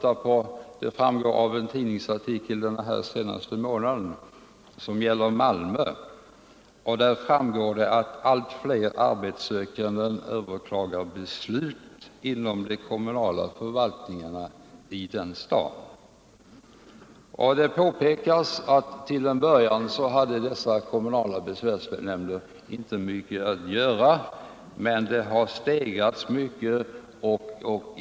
Av en tidningsartikel den senaste månaden som gäller Malmö framgår att allt fler arbetssökande överklagar beslut inom de kommunala förvaltningarna där. Det påpekas att till en början hade den kommunala besvärsnämnden inte mycket att göra men att arbetet kraftigt har ökat.